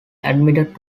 admitted